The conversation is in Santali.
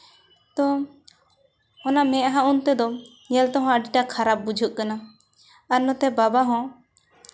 ᱛᱚ ᱚᱱᱟ ᱢᱮᱫᱦᱟ ᱩᱱ ᱛᱮᱫᱚ ᱧᱮᱞ ᱛᱮᱦᱚᱸ ᱟᱹᱰᱤᱴᱟ ᱠᱷᱟᱨᱟᱯ ᱵᱩᱡᱷᱟᱹᱜ ᱠᱟᱱᱟ ᱟᱨ ᱱᱚᱛᱮ ᱵᱟᱵᱟ ᱦᱚᱸ